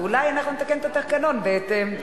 ואולי אנחנו נתקן את התקנון בהתאם.